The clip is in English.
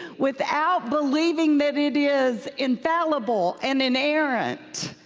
without believing that it is infallible and inherent.